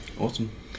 Awesome